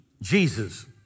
Jesus